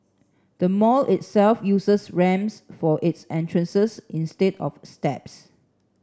the mall itself uses ramps for its entrances instead of steps